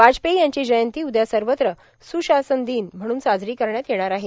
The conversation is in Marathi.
वाजपेयी यांची जयंती उद्या सर्वत्र सुशासन दिन म्हणून साजरी करण्यात येणार आहे